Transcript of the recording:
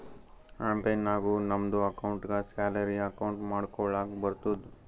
online ನಾಗು ನಮ್ದು ಅಕೌಂಟ್ಗ ಸ್ಯಾಲರಿ ಅಕೌಂಟ್ ಮಾಡ್ಕೊಳಕ್ ಬರ್ತುದ್